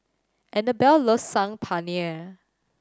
Anabelle loves Saag Paneer